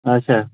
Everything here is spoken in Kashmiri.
اَچھا